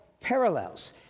parallels